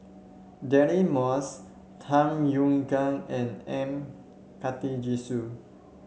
Deirdre Moss Tham Yui Kai and M Karthigesu